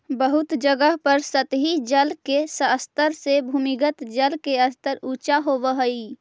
बहुत जगह पर सतही जल के स्तर से भूमिगत जल के स्तर ऊँचा होवऽ हई